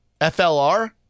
FLR